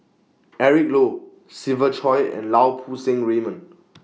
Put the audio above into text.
Eric Low Siva Choy and Lau Poo Seng Raymond